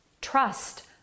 Trust